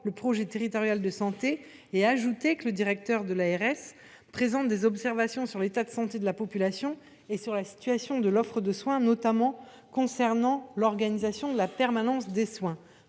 le projet territorial de santé et a ajouté que le directeur de l’ARS présente des observations sur l’état de santé de la population et sur la situation de l’offre de soins, notamment concernant l’organisation de la permanence des soins.